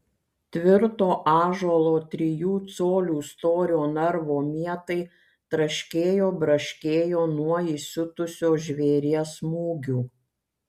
tvirto ąžuolo trijų colių storio narvo mietai traškėjo braškėjo nuo įsiutusio žvėries smūgių